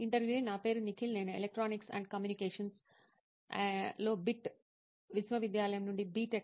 ఇంటర్వ్యూఈ నా పేరు నిఖిల్ నేను ఎలక్ట్రానిక్స్ అండ్ కమ్యూనికేషన్లో BIT విశ్వవిద్యాలయం నుండి నా B